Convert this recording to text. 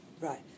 Right